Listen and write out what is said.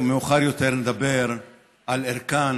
ומאוחר יותר נדבר על ערכם